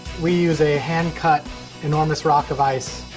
we use a hand-cut enormous rock of ice.